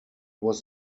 was